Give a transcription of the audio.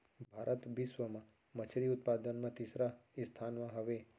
भारत बिश्व मा मच्छरी उत्पादन मा तीसरा स्थान मा हवे